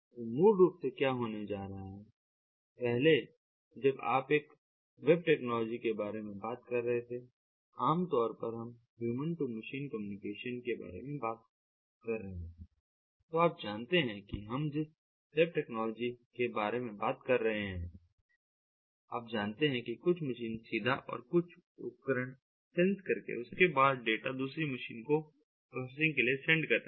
तो मूल रूप से क्या होने जा रहा है पहले जब आप एक वेब टेक्नोलॉजी के बारे में बात करते थे आम तौर पर हम ह्यूमन टू मशीन कम्युनिकेशन के बारे में बात कर रहे हैं तो आप जानते हैं कि हम जिस वेब टेक्नोलॉजी के बारे में बात कर रहे हैं आप जानते हैं कि कुछ मशीन सीधा और कुछ उपकरण सेंस करके उसके बाद डाटा दूसरी मशीन को प्रोसेसिंग के लिए सेंड कर रहे हैं